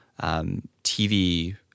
TV